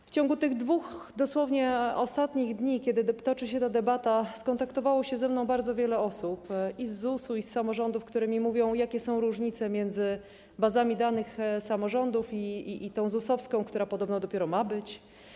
W ciągu dosłownie ostatnich 2 dni, od kiedy toczy się ta debata, skontaktowało się ze mną bardzo wiele osób z ZUS-u i z samorządów, które mi mówią, jakie są różnice między bazami danych samorządów i tą ZUS-owską, która podobno dopiero ma być.